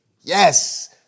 Yes